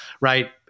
right